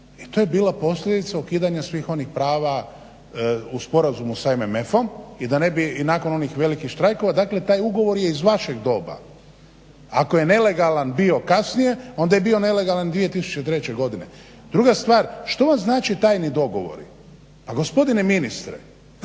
i to je bila posljedica ukidanja svih onih prava u Sporazumu sa MMF-om i da ne bi i nakon onih velikih štrajkova. Dakle, taj ugovor je iz vašeg doba. Ako je nelegalan bio kasnije onda je bio nelegalan i 2003. godine. Druga stvar, što vam znače tajni dogovori? Pa gospodine ministre